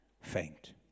faint